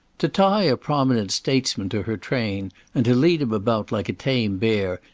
to tie a prominent statesman to her train and to lead him about like a tame bear,